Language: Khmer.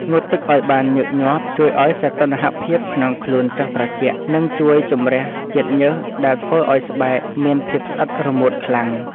ងូតទឹកឱ្យបានញឹកញាប់ជួយឱ្យសីតុណ្ហភាពក្នុងខ្លួនចុះត្រជាក់និងជួយជម្រះជាតិញើសដែលធ្វើឱ្យស្បែកមានភាពស្អិតរមួតខ្លាំង។